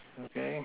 okay